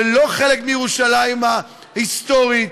ולא חלק מירושלים ההיסטורית,